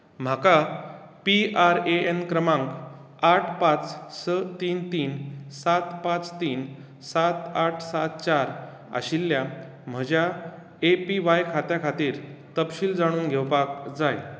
म्हाका P R A N क्रमांक आठ पांच स तीन तीन सात पांच तीन सात आठ सात चार आशिल्ल्या म्हज्या ए पी व्हाय खात्या खातीर तपशील जाणून घेवपाक जाय